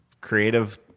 creative